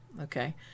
okay